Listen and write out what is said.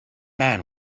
man